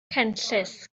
cenllysg